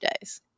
days